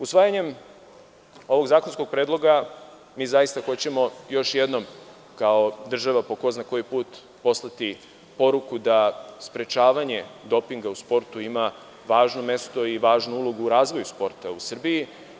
Usvajanjem ovog zakonskog predloga, mi zaista hoćemo još jednom, kao država, po ko zna koji put poslati poruku da sprečavanje dopinga u sportu ima važno mesto i važnu ulogu u razvoju sporta u Srbiji.